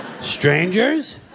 strangers